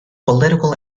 political